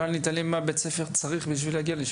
לא עניתי לשאלה שלי על מה בית הספר צריך על מנת להגיע לשם.